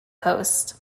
host